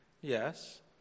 Yes